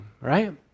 right